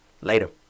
Later